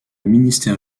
ministère